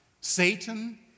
Satan